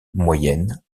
moyenne